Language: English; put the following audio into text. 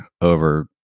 over